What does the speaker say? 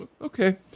Okay